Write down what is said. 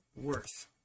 worth